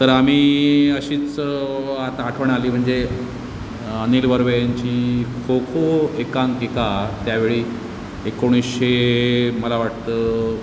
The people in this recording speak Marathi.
तर आम्ही अशीच आता आठवण आली म्हणजे अनिल बर्वे यांची खोखो एकांकिका त्यावेळी एकोणीसशे मला वाटतं